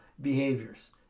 behaviors